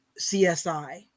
CSI